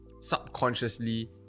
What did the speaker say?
subconsciously